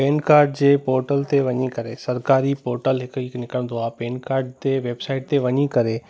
pen card जे portal ते वञी करे सरकारी पोर्टल हिकु निकिरंदो आहे पेन कार्ड ते वेबसाइड ते वञी करे